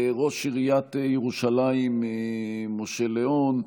ראש עיריית ירושלים משה ליאון,